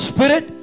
Spirit